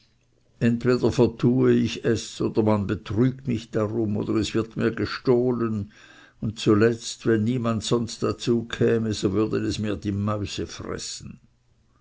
entweder vertue ich es oder man betrügt mich darum oder es wird mir gestohlen und zuletzt wenn niemand sonst dazu käme so würden es mir die mäuse fressen